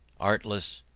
artless,